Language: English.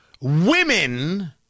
women